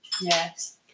Yes